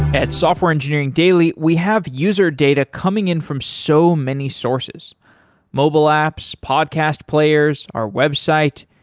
at software engineering daily, we have user data coming in from so many sources mobile apps, podcast players, our website,